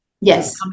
Yes